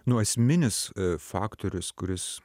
nu esminis faktorius kuris